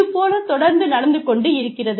இது போலத் தொடர்ந்து நடந்துகொண்டு இருக்கிறது